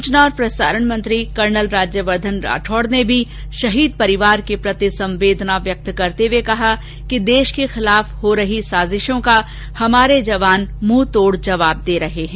सूचना और प्रसारण मंत्री कर्नल राज्यवर्द्वन राठौड़ ने भी शहीद परिवार के प्रति संवेदना व्यक्त करते हुए कहा कि देश के खिलाफ हो रही साजिशों का हमारे जवान मुंहतोड़ जवाब दे रहे हैं